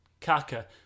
Kaka